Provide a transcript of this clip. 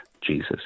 Jesus